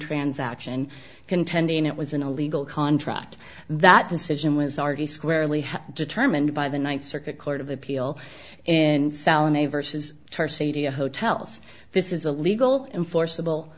transaction contending it was in a legal contract that decision was already squarely determined by the ninth circuit court of appeal and salim a vs tar sadia hotels this is a legal enforceable